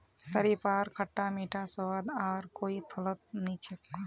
शरीफार खट्टा मीठा स्वाद आर कोई फलत नी छोक